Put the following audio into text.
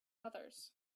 others